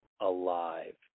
alive